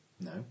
No